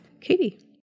Katie